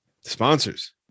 sponsors